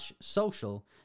Social